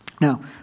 Now